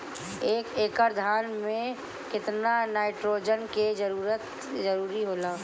एक एकड़ धान मे केतना नाइट्रोजन के जरूरी होला?